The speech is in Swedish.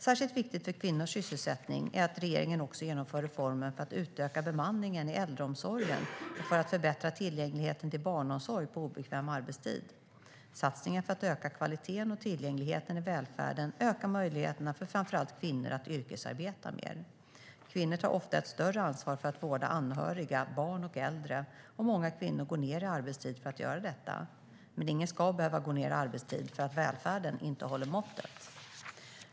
Särskilt viktigt för kvinnors sysselsättning är att regeringen också genomför reformer för att utöka bemanningen i äldreomsorgen och för att förbättra tillgängligheten till barnomsorg på obekväm arbetstid. Satsningar för att öka kvaliteten och tillgängligheten i välfärden ökar möjligheterna för framför allt kvinnor att yrkesarbeta mer. Kvinnor tar ofta ett större ansvar för att vårda anhöriga, barn och äldre, och många kvinnor går ned i arbetstid för att göra detta. Men ingen ska behöva gå ned i arbetstid därför att välfärden inte håller måttet.